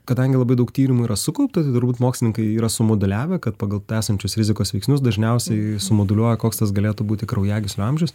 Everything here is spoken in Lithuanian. kadangi labai daug tyrimų yra sukaupta tai turbūt mokslininkai yra sumodeliavę kad pagal esančius rizikos veiksnius dažniausiai sumoduliuoja koks tas galėtų būti kraujagyslių amžius